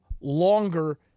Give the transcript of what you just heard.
longer